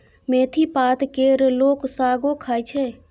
मेथी पात केर लोक सागो खाइ छै